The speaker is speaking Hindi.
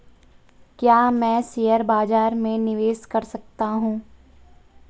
क्या मैं शेयर बाज़ार में निवेश कर सकता हूँ?